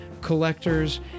collectors